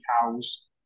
cows